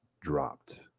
dropped